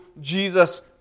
Jesus